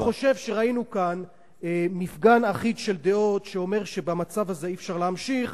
אני חושב שראינו כאן מפגן דעות אחיד שאומר שבמצב הזה אי-אפשר להמשיך,